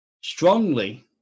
strongly